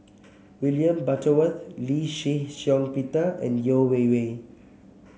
William Butterworth Lee Shih Shiong Peter and Yeo Wei Wei